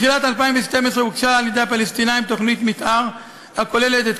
בתחילת 2012 הוגשה על-ידי הפלסטינים תוכנית מתאר הכוללת את